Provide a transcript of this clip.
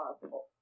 possible